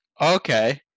Okay